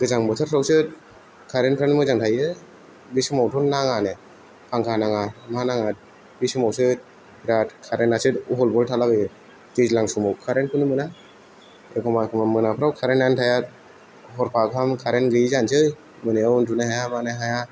गोजां बोथोरफ्रावसो कारेन्तफ्रानो मोजां थायो बे समावथ' नाङानो फांखा नाङा मा नाङा बे समावसो बिराद कारेन्तासो अहल बहल थालाबायो दैज्लां समाव कारेन्तखौनो मोना एखम्बा एखम्बा मोनाफोराव कारेन्तानो थाया हरफा गाहाम कारेन्त गैयि जानोसै मोनायाव उन्दुनो हाया मानो हाया